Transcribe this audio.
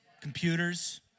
computers